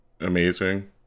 amazing